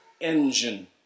engine